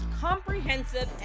comprehensive